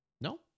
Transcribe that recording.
No